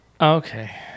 okay